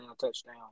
touchdown